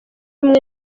rumwe